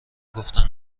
گفتن